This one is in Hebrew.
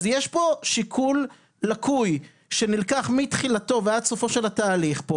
יש פה שיקול לקוי שנלקח מתחילתו ועד סופו של התהליך פה